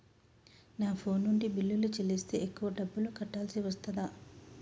నా ఫోన్ నుండి బిల్లులు చెల్లిస్తే ఎక్కువ డబ్బులు కట్టాల్సి వస్తదా?